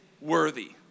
worthy